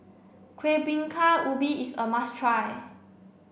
Kueh Bingka Ubi is a must try